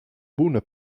buna